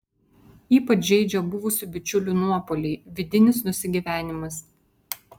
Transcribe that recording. ypač žeidžia buvusių bičiulių nuopuoliai vidinis nusigyvenimas